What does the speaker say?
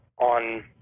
on